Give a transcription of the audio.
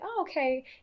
okay